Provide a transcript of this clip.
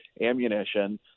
ammunition